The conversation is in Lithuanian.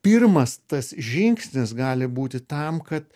pirmas tas žingsnis gali būti tam kad